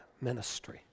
ministry